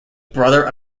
brother